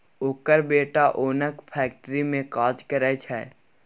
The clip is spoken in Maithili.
ओकर बेटा ओनक फैक्ट्री मे काज करय छै